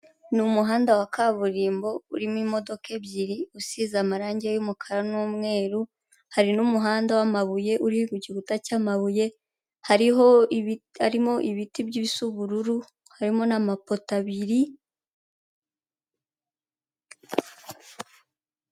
Ni umuhanda wa kaburimbo urimo imodoka ebyiri, usize amarangi y'umukara n'umweru hari n'umuhanda w'amabuye ,uriho igikuta cy'amabuye harimo ibiti bisa ubururu harimo n'amapota abiri.